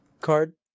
card